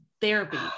therapy